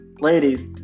Ladies